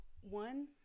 one